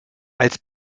als